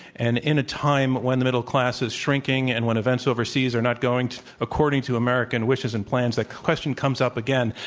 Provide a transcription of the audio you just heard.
and in a time when the middleclass is shrinking and when events overseas are not going according to american wishes and plans, the question comes up again,